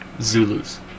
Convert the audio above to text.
Zulus